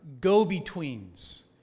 go-betweens